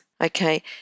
Okay